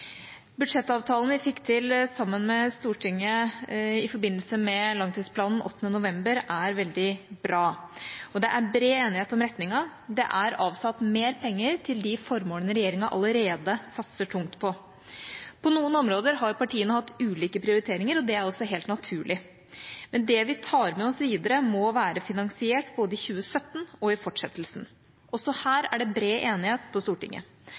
Budsjettavtalen vi fikk til sammen med Stortinget i forbindelse med langtidsplanen 8. november, er veldig bra. Det er bred enighet om retningen. Det er avsatt mer penger til de formålene regjeringa allerede satser tungt på. På noen områder har partiene hatt ulike prioriteringer, og det er også helt naturlig, men det vi tar med oss videre, må være finansiert både i 2017 og i fortsettelsen. Også her er det bred enighet på Stortinget.